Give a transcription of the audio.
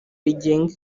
rigenga